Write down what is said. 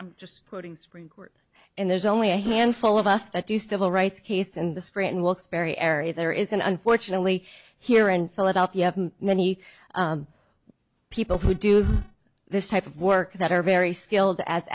i'm just quoting supreme court and there's only a handful of us that do civil rights case in the straight and wilkes barre area there is unfortunately here in philadelphia many people who do this type of work that are very skilled as